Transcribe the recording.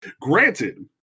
Granted